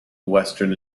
western